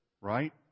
right